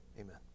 amen